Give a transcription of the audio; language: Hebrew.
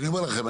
אני אומר לכם,